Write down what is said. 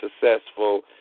successful